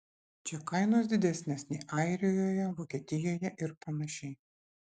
čia kainos didesnės nei airijoje vokietijoje ir panašiai